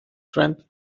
trent